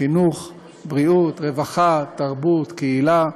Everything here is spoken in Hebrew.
חינוך, בריאות, רווחה, תרבות, קהילה.